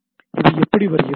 இது இப்படி வருகிறது